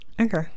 Okay